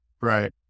Right